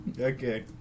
Okay